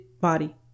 body